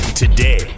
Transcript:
Today